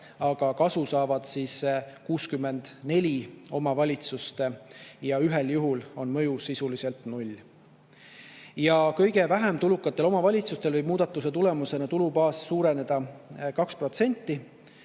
aga kasu saab 64 omavalitsust ja ühel juhul on mõju sisuliselt null. Kõige vähem tulu saavatel omavalitsustel võib muudatuse tulemusena tulubaas suureneda 2%.